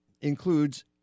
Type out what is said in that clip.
includes